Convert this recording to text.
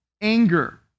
Anger